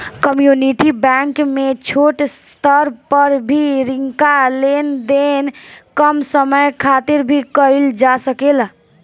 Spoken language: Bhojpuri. कम्युनिटी बैंक में छोट स्तर पर भी रिंका लेन देन कम समय खातिर भी कईल जा सकेला